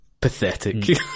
pathetic